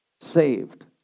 saved